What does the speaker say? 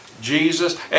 Jesus